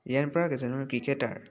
ৰিয়ান পৰাগ এজন ক্ৰিকেটাৰ